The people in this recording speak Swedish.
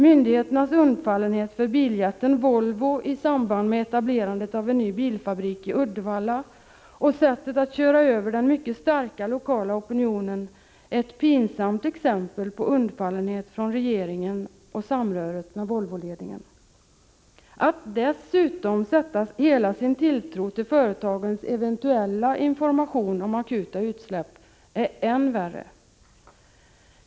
Myndigheternas undfallenhet för biljätten Volvo i samband med etablerandet av en ny bilfabrik i Uddevalla och sättet att köra över den mycket starka lokala opinionen är ett pinsamt exempel på undfallenhet från regeringen och samröret med Volvoledningen. Att dessutom sätta hela sin tilltro till företagens eventuella information om akuta utsläpp är än värre.